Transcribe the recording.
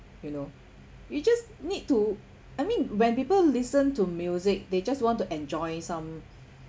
you know you just need to I mean when people listen to music they just want to enjoy some